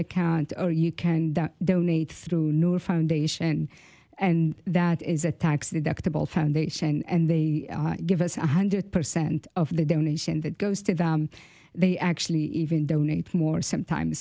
account or you can that donate through noor foundation and that is a tax deductible foundation and they give us one hundred percent of the donation that goes to them they actually even donate more sometimes